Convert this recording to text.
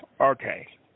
Okay